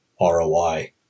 ROI